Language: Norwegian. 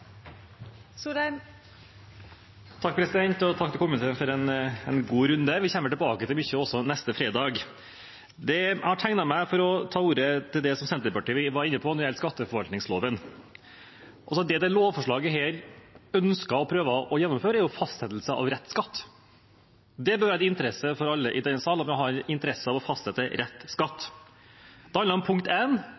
til komiteen for en god runde. Vi kommer nok tilbake til mye av dette også neste fredag. Jeg tegnet meg for å ta ordet til det som Senterpartiet var inne på når det gjaldt skatteforvaltningsloven. Det som dette lovforslaget ønsker og prøver å gjennomføre, er fastsettelse av rett skatt. De fleste i denne salen bør ha interesse av at man fastsetter rett skatt. Dette handler om at